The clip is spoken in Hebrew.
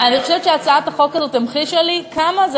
אני חושבת שהצעת החוק הזאת המחישה לי כמה זה